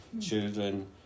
children